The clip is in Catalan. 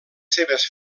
seves